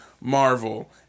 Marvel